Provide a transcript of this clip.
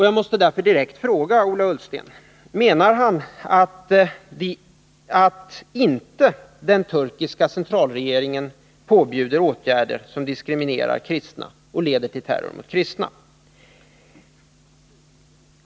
Jag måste därför direkt fråga Ola Ullsten: Menar Ola Ullsten att den turkiska centralregeringen inte påbjuder åtgärder som diskriminerar kristna och leder till terror mot kristna?